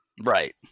Right